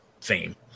fame